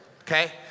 okay